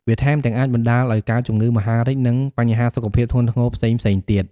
វាថែមទាំងអាចបណ្តាលឲ្យកើតជំងឺមហារីក និងបញ្ហាសុខភាពធ្ងន់ធ្ងរផ្សេងៗទៀត។